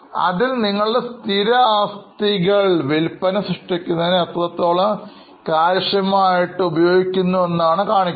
അതിൽ നിങ്ങളുടെ സ്ഥിര ആസ്തികൾ വിൽപന സൃഷ്ടിക്കുന്നതിന് എത്രത്തോളം കാര്യക്ഷമമായി ഉപയോഗിക്കുന്നുവെന്നാണ് കാണിക്കുന്നത്